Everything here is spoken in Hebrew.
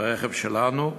ברכב שלנו,